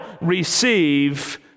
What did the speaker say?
receive